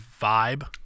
vibe